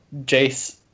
Jace